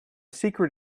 secret